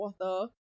water